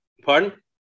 pardon